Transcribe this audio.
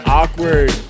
awkward